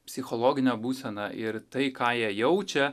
psichologinę būseną ir tai ką jie jaučia